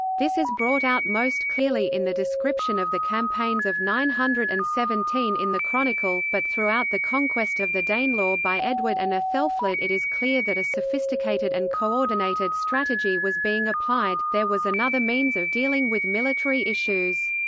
this is brought out most clearly in the description of the campaigns of nine hundred and seventeen in the chronicle, but throughout the conquest of the danelaw by edward and aethelflaed it is clear that a sophisticated and coordinated strategy was being applied there was another means of dealing with military issues.